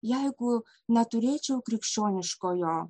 jeigu neturėčiau krikščioniškojo